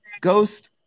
ghost